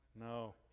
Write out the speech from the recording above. No